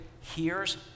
hears